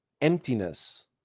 emptiness